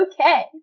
okay